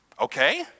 Okay